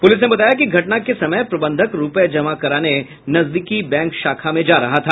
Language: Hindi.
पुलिस ने बताया कि घटना के समय प्रबंधक रूपये जमा कराने नजदीकी बैंक शाखा में जा रहा था